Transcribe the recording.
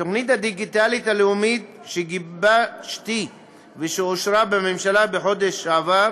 התוכנית הדיגיטלית הלאומית שגובשה ושאושרה בממשלה בחודש שעבר